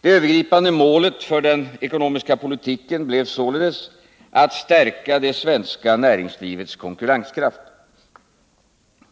Det övergripande målet för den ekonomiska politiken blev således att stärka det svenska näringslivets konkurrenskraft.